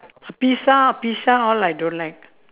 pizza pizza all I don't like